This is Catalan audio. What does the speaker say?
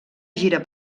gira